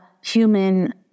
human